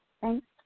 Thanks